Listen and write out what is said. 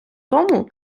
тому